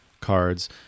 cards